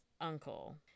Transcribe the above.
uncle